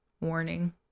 warning